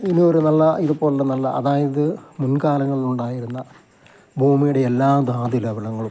ഇത് ഒരു നല്ല ഇതിപ്പം ഉണ്ട് നല്ല അതായത് മുൻകാലങ്ങളിൽ ഉണ്ടായിരുന്ന ഭൂമിയുടെ എല്ലാ ധാതു ലവണങ്ങളും